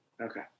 Okay